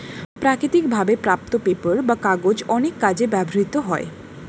প্রাকৃতিক ভাবে প্রাপ্ত পেপার বা কাগজ অনেক কাজে ব্যবহৃত হয়